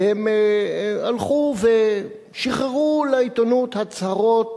והם הלכו ושחררו לעיתונות הצהרות